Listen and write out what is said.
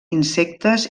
insectes